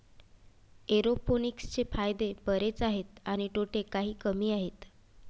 एरोपोनिक्सचे फायदे बरेच आहेत आणि तोटे काही कमी आहेत